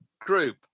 group